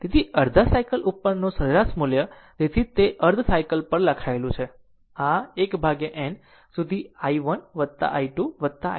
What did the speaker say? તેથી અડધા સાયકલ ઉપરનું સરેરાશ મૂલ્ય તેથી જ તે અર્ધ સાયકલ પર લખાયેલું છે તે આ 1 n સુધી i1 I2 i3 છે